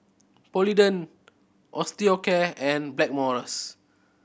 Polident Osteocare and Blackmores